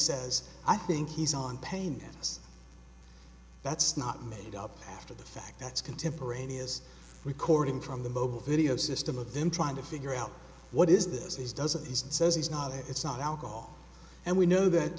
says i think he's on pain meds that's not made up after the fact that's contemporaneous recording from the mobile video system of them trying to figure out what is this his doesn't he says he's not it's not alcohol and we know that